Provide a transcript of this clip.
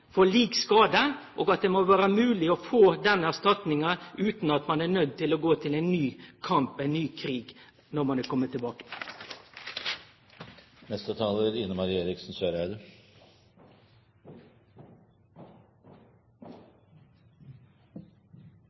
for lik skade, og det må vere mogleg å få denne erstatninga utan at ein er nøydd til å gå til ein ny kamp – ein ny krig – når